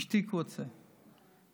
השתיקו את זה,